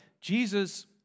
Jesus